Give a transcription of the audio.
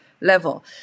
level